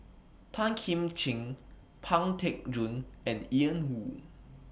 Tan Kim Ching Pang Teck Joon and Ian Woo